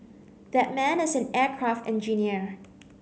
that man is an aircraft engineer